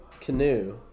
canoe